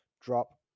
drop